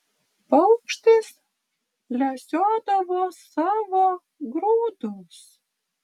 paukštis lesiodavo savo grūdus